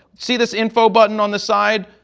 see this info button on the side.